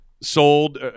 sold